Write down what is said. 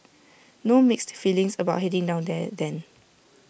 no mixed feelings about heading down there then